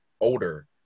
older